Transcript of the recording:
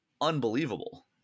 unbelievable